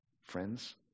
friends